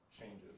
changes